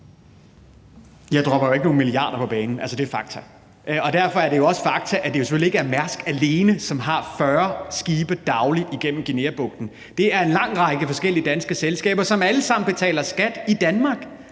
Jeg dropper jo ikke nogen milliarder på banen. Det er fakta, og derfor er det selvfølgelig også fakta, at det ikke er Mærsk alene, som har 40 skibe dagligt igennem Guineabugten, men at det er en lang række forskellige danske selskaber, som alle sammen betaler skat i Danmark,